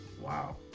Wow